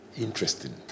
Interesting